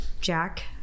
jack